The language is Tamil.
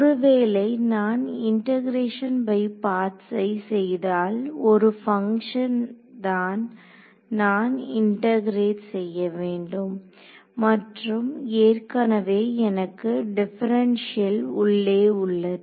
ஒருவேளை நான் இண்டெகரேஷன் பை பார்ட்ஸை செய்தால் ஒரு பங்ஷனை தான் நான் இன்டெகரேட் செய்ய வேண்டும் மற்றும் ஏற்கனவே எனக்கு டிப்பரண்க்ஷியல் உள்ளே உள்ளது